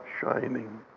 shining